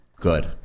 Good